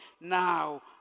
now